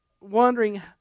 wondering